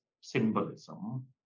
symbolism